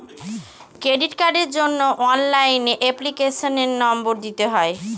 credit কার্ডের জন্য অনলাইনে এপ্লিকেশনের নম্বর দিতে হয়